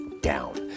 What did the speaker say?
down